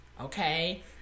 okay